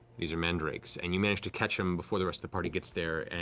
these are mandrakes, and you manage to catch them before the rest of the party gets there, and